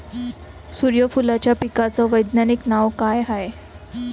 सुर्यफूलाच्या पिकाचं वैज्ञानिक नाव काय हाये?